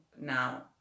now